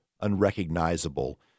unrecognizable